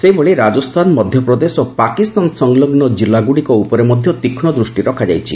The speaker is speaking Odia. ସେହିଭଳି ରାଜସ୍ଥାନ ମଧ୍ୟପ୍ରଦେଶ ଓ ପାକିସ୍ତାନ ସଂଲଗ୍ନ କିଲ୍ଲାଗୁଡ଼ିକ ଉପରେ ମଧ୍ୟ ତୀକ୍ଷ୍ମ ଦୃଷ୍ଟି ରଖାଯାଇଛି